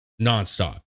nonstop